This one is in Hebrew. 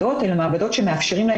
סמכות ועדה מוועדות הכנסת לאשר בשינויים את